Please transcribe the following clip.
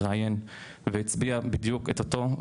התראיין והצביע בדיוק את אותו,